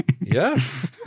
Yes